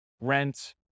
rent